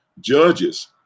judges